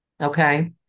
Okay